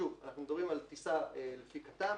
אנחנו מדברים על טיסה לפי כט"מ.